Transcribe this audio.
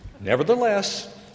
Nevertheless